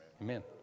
Amen